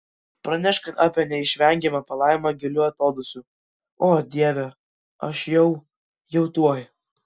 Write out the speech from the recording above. pranešk apie neišvengiamą palaimą giliu atodūsiu o dieve aš jau jau tuoj